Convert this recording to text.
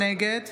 נגד